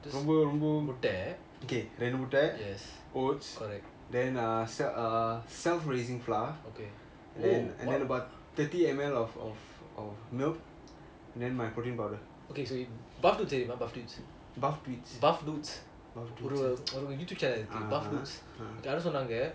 முட்ட:mutta yes correct okay oh !wow! okay so buff dudes தெரியுமா:teriyuma buff dudes buff dudes ஒரு:oru youtube channel இருக்கு யாரோ சொன்னாங்க:iruku yaaro sonanga